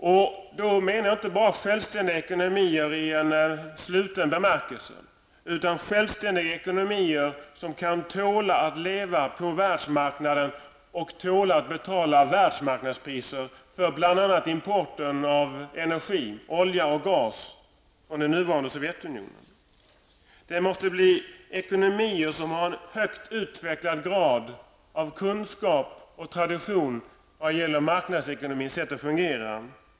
Jag menar inte bara självständiga ekonomier i en sluten bemärkelse, utan självständiga ekonomier som kan tåla att leva på världsekonomin och kan tåla att betala världsmarknadspriser för bl.a. importen av energi, olja och gas, från det nuvarande Sovjetunionen. Det måste vara ekonomier som har en högt utvecklad grad av kunskap och tradition vad gäller marknadsekonomins sätt att fungera.